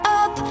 up